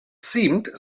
seemed